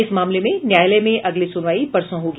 इस मामले में न्यायालय में अगली सुनवाई परसों होगी